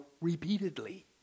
repeatedly